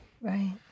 right